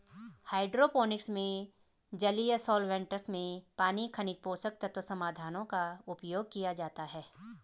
hydroponics में जलीय solvents में पानी खनिज पोषक तत्व समाधानों का उपयोग किया जाता है